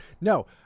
No